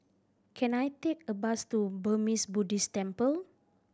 can I take a bus to Burmese Buddhist Temple